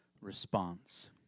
response